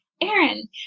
Aaron